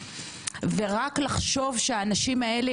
ורק לחשוב שהאנשים האלה,